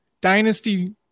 dynasty